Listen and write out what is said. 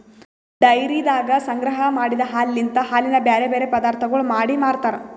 ಡೈರಿದಾಗ ಸಂಗ್ರಹ ಮಾಡಿದ್ ಹಾಲಲಿಂತ್ ಹಾಲಿನ ಬ್ಯಾರೆ ಬ್ಯಾರೆ ಪದಾರ್ಥಗೊಳ್ ಮಾಡಿ ಮಾರ್ತಾರ್